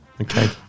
Okay